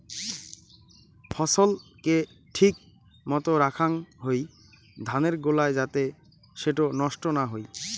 ফছল কে ঠিক মতো রাখাং হই ধানের গোলায় যাতে সেটো নষ্ট না হই